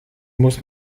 muss